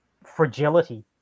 fragility